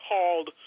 called